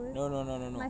no no no no no